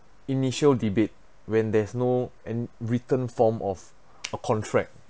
initial debate when there's no and written form of a contract